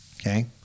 Okay